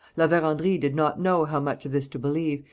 la verendrye did not know how much of this to believe,